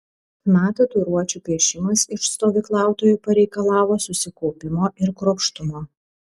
chna tatuiruočių piešimas iš stovyklautojų pareikalavo susikaupimo ir kruopštumo